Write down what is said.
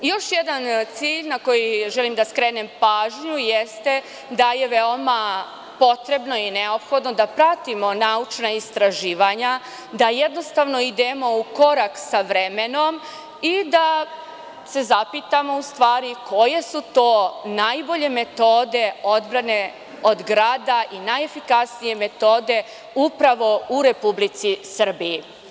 Još jedan cilj na koji želim da skrenem pažnju jeste da je veoma potrebno i neophodno da pratimo naučna istraživanja, da jednostavno idemo u korak sa vremenom i da se zapitamo u stvari koje su to najbolje metode odbrane od grada i najefikasnije metode upravo u Republici Srbiji.